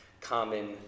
common